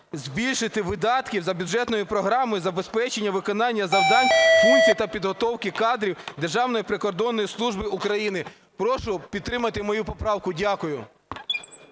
збільшити видатки за бюджетною програмою "Забезпечення виконання завдання функції та підготовки кадрів Державної прикордонної служби України". Прошу підтримати мою поправку. Дякую.